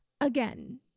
Again